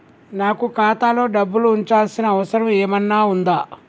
నాకు ఖాతాలో డబ్బులు ఉంచాల్సిన అవసరం ఏమన్నా ఉందా?